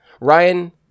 Ryan